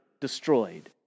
destroyed